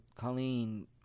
Colleen